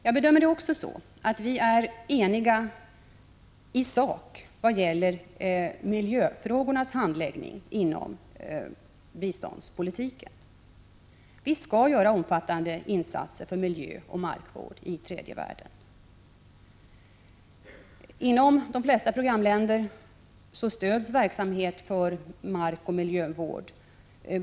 Jag bedömer det också så att vi är eniga i sak vad gäller miljöfrågornas handläggning inom biståndspolitiken. Vi skall göra omfattande insatser för miljöoch markvård i tredje världen. I de flesta programländer stöds verksamhet för markoch miljövård.